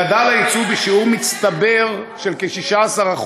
גדל היצוא בשיעור מצטבר של כ-16%.